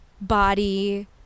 body